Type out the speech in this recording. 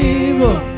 evil